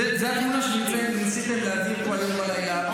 זה הדיון שניסיתם להעביר פה הלילה,